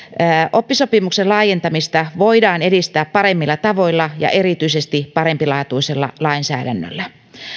oppisopimuksen laajentamista voidaan edistää paremmilla tavoilla ja erityisesti parempilaatuisella lainsäädännöllä